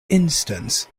instance